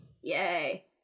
Yay